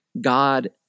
God